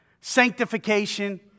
sanctification